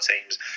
teams